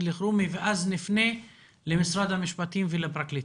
אלחרומי ואז נפנה למשרד המשפטים ולפרקליטות.